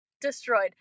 destroyed